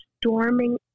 storming